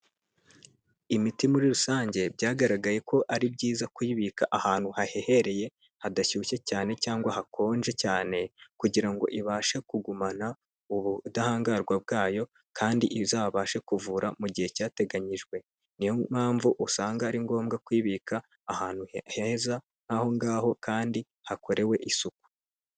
Imiti muri rusange byagaragaye ko ari byiza kuyibika ahantu hahehereye, hadashyushye cyane cyangwa hakonje cyane, kugira ngo ibashe kugumana ubudahangarwa bwayo, kandi izabashe kuvura mu gihe cyateganyijwe, niyo mpamvu usanga ari ngombwa kuyibika ahantu heza, aho ngaho kandi hakorewe isuku.